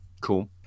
cool